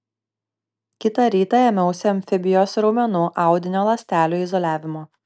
kitą rytą ėmiausi amfibijos raumenų audinio ląstelių izoliavimo